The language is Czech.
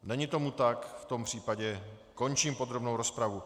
Není tomu tak, v tom případě končím podrobnou rozpravu.